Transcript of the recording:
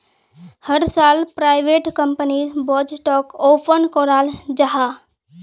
हर साल प्राइवेट कंपनीर बजटोक ओपन कराल जाहा